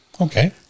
Okay